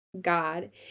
God